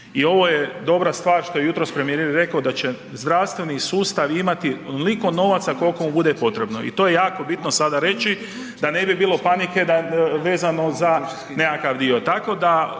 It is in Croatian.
I ovo je dobra stvar što je jutros premijer i rekao da će zdravstveni sustav imati onoliko novaca kolko mu bude potrebno i to je jako bitno sada reći da ne bi bilo panike vezano za nekakav dio.